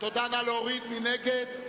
מי נגד?